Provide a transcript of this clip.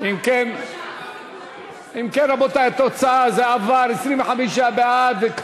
אם כן, רבותי, התוצאה: זה עבר, 25 בעד,